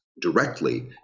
directly